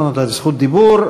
לא נתתי זכות דיבור.